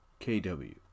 KW